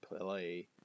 play